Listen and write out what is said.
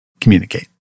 communicate